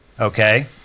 Okay